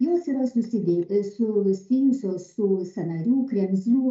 jos yra susidėti su susijusios su sąnarių kremzlių